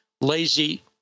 lazy